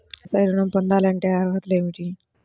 వ్యవసాయ ఋణం పొందాలంటే అర్హతలు ఏమిటి?